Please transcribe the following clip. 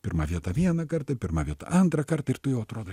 pirma vieta vieną kartą pirma vieta antrą kartą ir tu jau atrodai